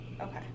Okay